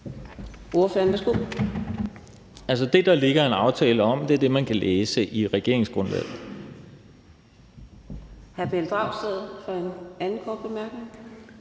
Det, der ligger en aftale om, er det, man kan læse i regeringsgrundlaget.